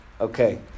Okay